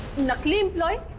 not know